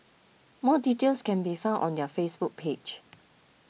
more details can be found on their Facebook page